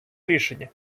рішення